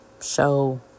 show